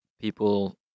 people